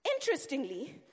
Interestingly